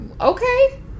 Okay